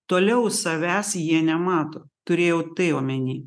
toliau savęs jie nemato turėjau tai omeny